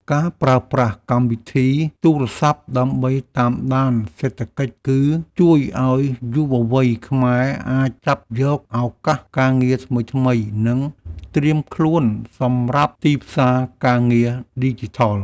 ការប្រើប្រាស់កម្មវិធីទូរសព្ទដើម្បីតាមដានសេដ្ឋកិច្ច គឺ ជួយឱ្យយុវវ័យខ្មែរអាចចាប់យកឱកាសការងារថ្មីៗ និង ត្រៀមខ្លួនសម្រាប់ទីផ្សារការងារឌីជីថល។